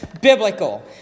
biblical